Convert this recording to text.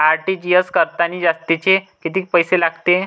RTGS करतांनी जास्तचे कितीक पैसे लागते?